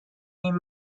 این